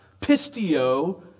pistio